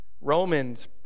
Romans